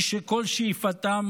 מי שכל שאיפתם,